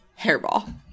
Hairball